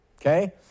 okay